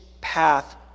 path